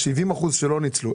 70 אחוזים לא ניצלו,